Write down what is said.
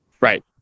right